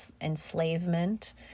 enslavement